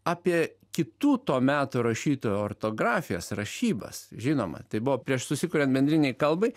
apie kitų to meto rašytojų ortografijas rašybas žinoma tai buvo prieš susikuriant bendrinei kalbai